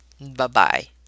Bye-bye